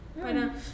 Para